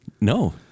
No